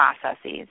processes